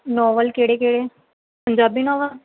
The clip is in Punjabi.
ਨਾਵਲ ਕਿਹੜੇ ਕਿਹੜੇ ਪੰਜਾਬੀ ਨਾਵਲ